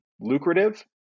lucrative